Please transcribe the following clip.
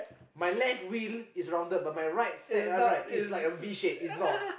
my left wheel is rounded but my right set one right is like a V shape it's not